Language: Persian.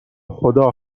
خدا